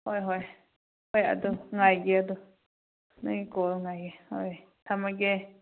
ꯍꯣꯏ ꯍꯣꯏ ꯍꯣꯏ ꯑꯗꯣ ꯉꯥꯏꯒꯦ ꯑꯗꯣ ꯅꯣꯏꯒꯤ ꯀꯣꯜ ꯉꯥꯏꯒꯦ ꯍꯣꯏ ꯊꯝꯃꯒꯦ